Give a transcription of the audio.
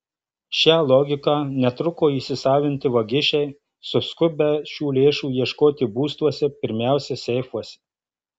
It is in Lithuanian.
šią logiką netruko įsisavinti vagišiai suskubę šių lėšų ieškoti būstuose pirmiausia seifuose